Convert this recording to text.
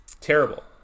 terrible